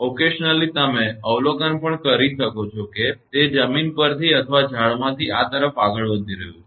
પ્રસંગોપાત તમે અવલોકન પણ કરી શકો છો કે તે જમીન પરથી અથવા ઝાડમાંથી આ તરફ આગળ વધી રહ્યું છે